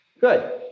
Good